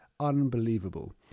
unbelievable